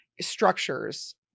structures